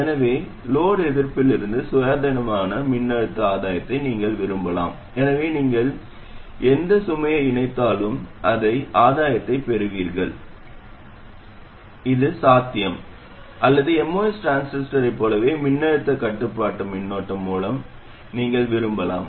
எனவே சுமை எதிர்ப்பில் இருந்து சுயாதீனமான மின்னழுத்த ஆதாயத்தை நீங்கள் விரும்பலாம் எனவே நீங்கள் எந்த சுமையை இணைத்தாலும் அதே ஆதாயத்தைப் பெறுவீர்கள் இது சாத்தியம் அல்லது MOS டிரான்சிஸ்டரைப் போலவே மின்னழுத்த கட்டுப்பாட்டு மின்னோட்ட மூலத்தை நீங்கள் விரும்பலாம்